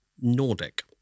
Nordic